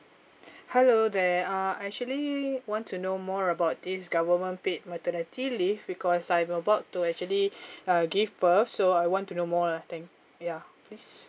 hello there uh I actually want to know more about this government paid maternity leave because I'm about to actually uh give birth so I want to know more lah thing ya please